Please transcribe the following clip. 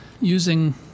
using